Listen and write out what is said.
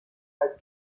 had